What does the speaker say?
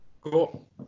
Cool